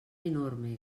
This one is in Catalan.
enorme